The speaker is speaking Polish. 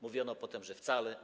Mówiono potem, że wcale.